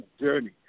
journey